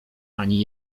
ani